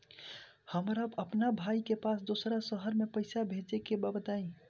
हमरा अपना भाई के पास दोसरा शहर में पइसा भेजे के बा बताई?